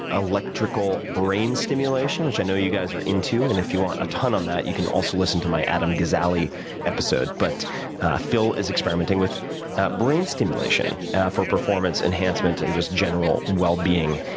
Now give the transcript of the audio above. electrical brain stimulation, which i know you guys are into. and if you want a ton on that, you can also listen to my adam gazzali episode. but phil is experimenting with brain stimulation for performance enhancement and just general well being.